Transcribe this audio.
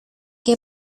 que